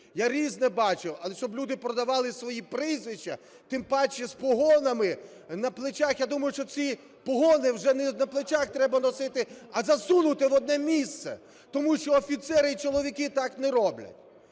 Я різне бачив, але щоб люди продавали свої прізвища, тим паче з погонами на плечах. Я думаю, що ці погони вже не на плечах треба носити, а засунути в одне місце, тому що офіцери і чоловіки так не роблять.